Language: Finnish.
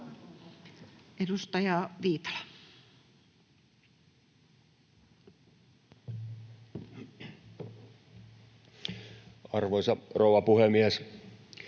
sitten siitä. Arvoisa rouva puhemies!